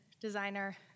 designer